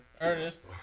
Ernest